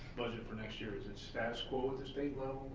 budget for next year is it status quo at the state level